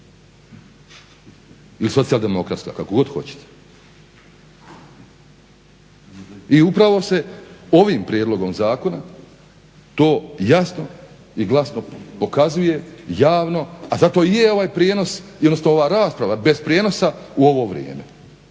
ili socijaldemokratska kako god hoćete. I upravo se ovim prijedlogom zakona to jasno i glasno pokazuje javno. A zato i je ovaj prijenos i ova rasprava bez prijenosa u ovo vrijeme,